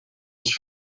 als